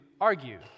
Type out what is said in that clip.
argue